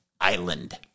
island